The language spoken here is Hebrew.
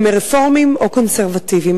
הם רפורמים או קונסרבטיבים.